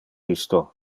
isto